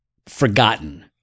Forgotten